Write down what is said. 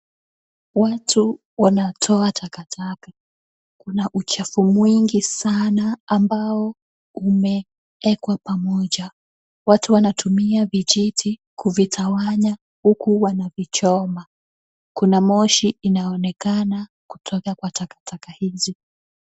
Watu wanatoa takataka na uchafu mwingi sana ambao umeekwa pamoja. Watu wanatumia vijiti kuvitawanya huku wanavichoma. Kuna moshi inayoonekana kutoka kwa taka taka hizi.